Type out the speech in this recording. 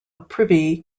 privy